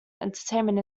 entertainment